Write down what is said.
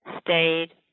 stayed